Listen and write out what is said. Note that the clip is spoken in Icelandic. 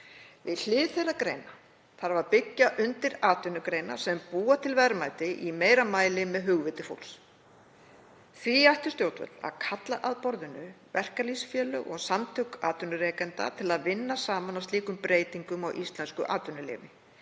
Við hlið þeirra greina þarf að byggja undir atvinnugreinar sem búa til verðmæti í meira mæli með hugviti fólks. Því ættu stjórnvöld að kalla að borðinu verkalýðsfélög og samtök atvinnurekenda til að vinna saman að slíkum breytingum á íslensku atvinnulífi.